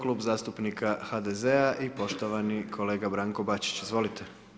Klub zastupnika HDZ-a i poštovani kolega Branko Bačić, izvolite.